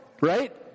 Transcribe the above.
Right